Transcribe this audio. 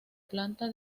planta